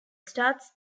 starts